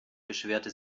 beschwerte